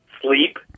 sleep